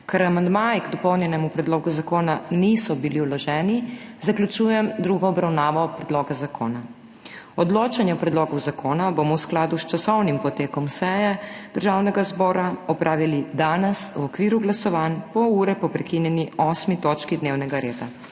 Ker amandmaji k dopolnjenemu predlogu zakona niso bili vloženi, zaključujem drugo obravnavo predloga zakona. Odločanje o predlogu zakona bomo v skladu s časovnim potekom seje Državnega zbora opravili danes v okviru glasovanj, pol ure po prekinjeni 8. točki dnevnega reda.